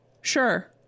sure